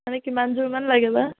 মানে কিমান যোৰ মান লাগে বা